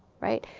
right?